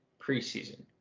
preseason